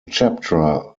chapter